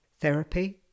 therapy